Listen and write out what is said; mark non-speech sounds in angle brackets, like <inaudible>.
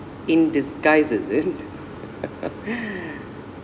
in disguise is it <laughs>